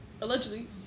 Allegedly